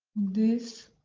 this.